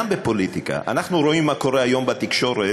גם בפוליטיקה אנחנו רואים מה קורה היום בתקשורת,